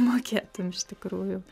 mokėtum iš tikrųjų